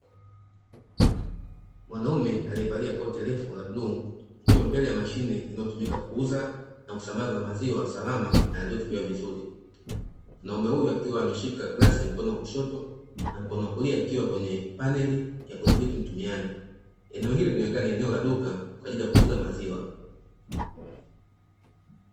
Mwanaume aliyevalia koti refu la blue, akiwa mbele ya mashine inayotumika kuuza na kusambaza maziwa salama na yaliyochujwa vizuri, mwanaume huyu akiwa ameshika glasi mkono wa kushoto na mkono wa kulia ukiwa kwenye paneli ya kudhibiti mtumiaji, eneo hili linaonekana ni eneo la duka kwa ajili ya kuuza maziwa.